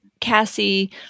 Cassie